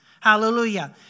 Hallelujah